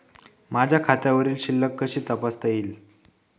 माझ्या खात्यावरील शिल्लक कशी तपासता येईल?